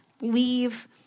leave